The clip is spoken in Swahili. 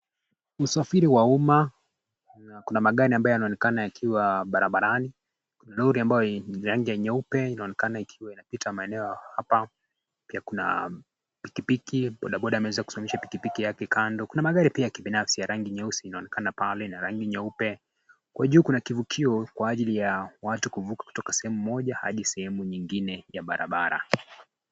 Usafiri wa umma. Kuna magari ambayo yanaonekana yakiwa barabarani, Lori ambayo ni ya rangi nyeupe inaonekana ikipita maeneo hapa ,pia kuna pikipiki, bodaboda ameweza kusimamisha pikipiki yake kando. Kuna gari pia ya kibinafsi inaonekana pale ya rangi nyeusi inaonekana pale na rangi nyeupe. Kwa juu kuna kivukio kwa ajili ya watu kuvuka kutoka sehemu moja hadi sehemu ingine ya barabara.